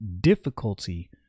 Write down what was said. difficulty